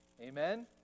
Amen